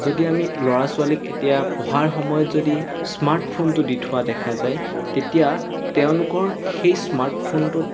যদি আমি ল'ৰা ছোৱালীক এতিয়া পঢ়াৰ সময়ত যদি স্মাৰ্টফোনটো দি থোৱা দেখা যায় তেতিয়া তেওঁলোকৰ সেই স্মাৰ্টফোনটোত